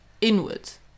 inwards